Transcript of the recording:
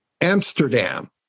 Amsterdam